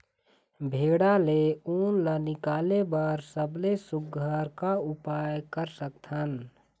भेड़ा ले उन ला निकाले बर सबले सुघ्घर का उपाय कर सकथन?